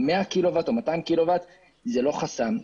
100 קילוואט או 200 קילוואט זה לא חסם.